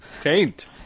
Taint